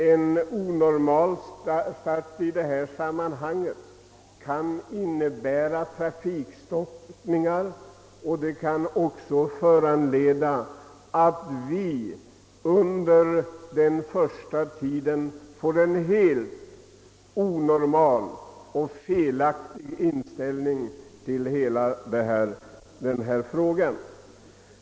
En onormal start kan innebära trafikstockningar och kan också medföra att vi under den första tiden får en helt onormal och felaktig inställning till hela frågan.